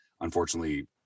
unfortunately